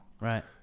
Right